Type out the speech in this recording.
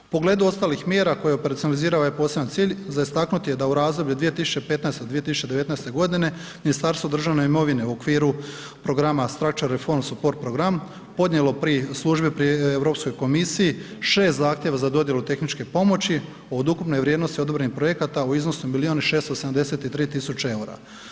U pogledu ostalih mjera koje operacionalizira ovaj poseban cilj, za istaknuti je da u razdoblju od 2015. do 2019. g. Ministarstvo državne imovine u okviru Programa ... program podnijelo pri službi pri EU komisiji 6 zahtjeva za dodjelu tehničke pomoći od ukupne vrijednosti odobrenih projekata u iznosu od milijun i 673 tisuće eura.